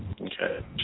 Okay